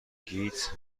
گیتس